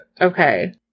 Okay